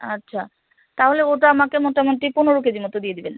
আচ্ছা তাহলে ওটা আমাকে মোটামুটি পনেরো কেজি মতো দিয়ে দেবেন